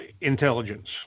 intelligence